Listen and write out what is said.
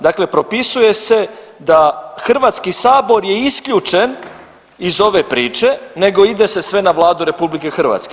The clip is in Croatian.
Dakle, propisuje se da Hrvatski sabor je isključen iz ove priče nego ide se sve na Vladu RH.